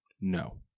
No